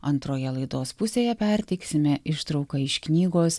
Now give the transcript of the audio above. antroje laidos pusėje perteiksime ištrauką iš knygos